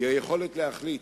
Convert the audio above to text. היא היכולת להחליט.